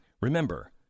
Remember